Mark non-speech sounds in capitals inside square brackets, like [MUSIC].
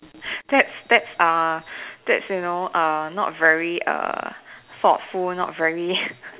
that's that's uh that's you know err not very err thoughtful not very [BREATH]